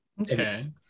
Okay